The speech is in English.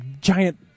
giant